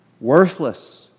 worthless